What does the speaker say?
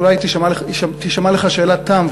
אולי תישמע לך שאלת תם,